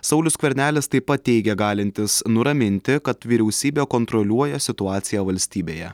saulius skvernelis taip pat teigia galintis nuraminti kad vyriausybė kontroliuoja situaciją valstybėje